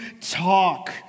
talk